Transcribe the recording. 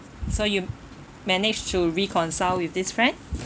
so you managed to reconcile with this friend